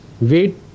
wait